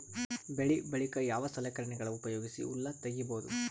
ಬೆಳಿ ಬಳಿಕ ಯಾವ ಸಲಕರಣೆಗಳ ಉಪಯೋಗಿಸಿ ಹುಲ್ಲ ತಗಿಬಹುದು?